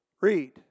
Read